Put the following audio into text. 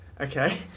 Okay